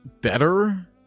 better